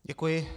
Děkuji.